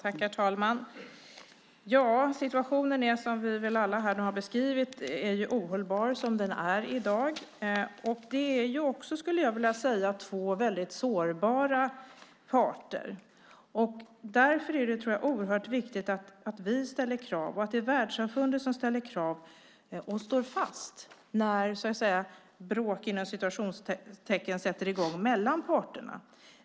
Herr talman! Situationen i dag är som vi alla här har beskrivit ohållbar. Det handlar också om två väldigt sårbara parter. Därför är det oerhört viktigt att vi och världssamfundet ställer krav och står fast när "bråk" sätter i gång mellan parterna.